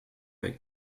bei